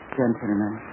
gentlemen